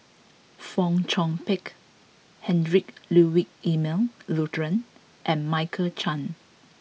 Fong Chong Pik Heinrich Ludwig Emil Luering and Michael Chiang